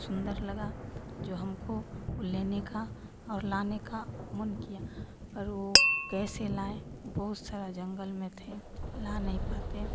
सुन्दर लगा जो हमको ऊ लेने का और लाने का मन किया पर वो कैसे लाए बहुत सारा जंगल में थे ला नहीं पाते